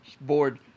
Bored